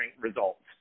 results